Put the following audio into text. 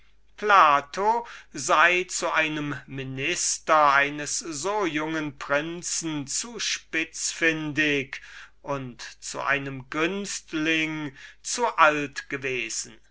plato sei zu einem minister eines so jungen prinzen zu spitzfündig und zu einem günstling zu alt gewesen